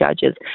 judges